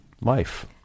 life